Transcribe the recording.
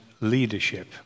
leadership